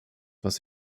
was